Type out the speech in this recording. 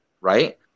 right